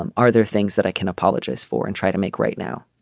um are there things that i can apologize for and try to make right now.